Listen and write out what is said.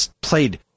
played